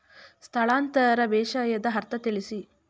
ಸ್ಥಳಾಂತರ ಬೇಸಾಯದ ಅರ್ಥ ತಿಳಿಸಿ?